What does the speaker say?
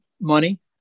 money